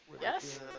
Yes